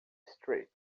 street